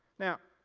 now,